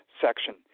section